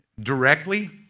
directly